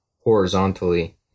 horizontally